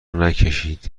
نکشید